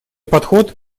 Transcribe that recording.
подход